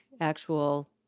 actual